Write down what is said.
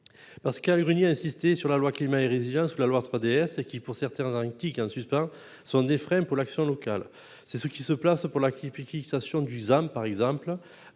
a l'Uruguay a insisté sur la loi climat et résilience, la loi 3DS et qui pour certains Antarctique un suspens sont des frais pour l'action locale c'est ce qui se place pour la qui piquait station Dusan par exemple